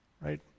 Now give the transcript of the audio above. right